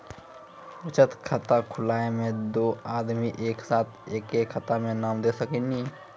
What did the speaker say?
बचत खाता खुलाए मे दू आदमी एक साथ एके खाता मे नाम दे सकी नी?